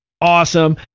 Awesome